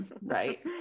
right